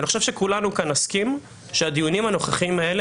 ואני חושב שכולנו כאן נסכים שהדיונים הנוכחיים האלה